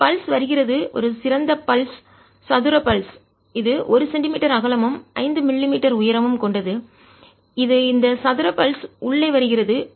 ஒரு பல்ஸ் துடிப்பு வருகிறது ஒரு சிறந்த பல்ஸ் துடிப்பு சதுர பல்ஸ் துடிப்பு இது 1 சென்டிமீட்டர் அகலமும் 5 மில்லி மீட்டர் உயரம் கொண்டது இது இந்த சதுர பல்ஸ் துடிப்பு உள்ளே வருகிறது